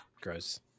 gross